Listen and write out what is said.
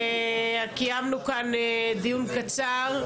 קיימנו כאן דיון קצר,